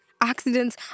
Accidents